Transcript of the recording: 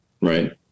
right